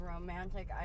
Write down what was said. romantic